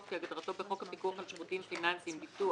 כהגדרתו בחוק הפיקוח על שירותים פיננסיים (ביטוח),